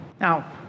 Now